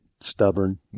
stubborn